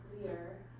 clear